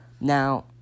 Now